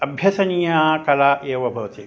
अभ्यसनीया कला एव भवति